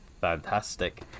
Fantastic